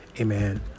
Amen